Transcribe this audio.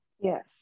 Yes